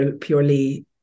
purely